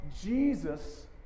Jesus